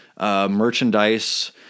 Merchandise